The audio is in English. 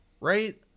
right